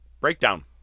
Breakdown